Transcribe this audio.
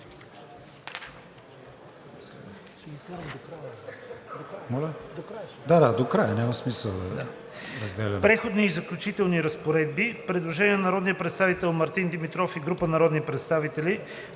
„Преходни и заключителни разпоредби.“ Предложение на народния представител Мартин Димитров и група народни представители.